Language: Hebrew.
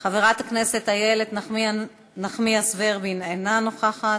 חברת הכנסת איילת נחמיאס ורבין, אינה נוכחת.